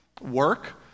work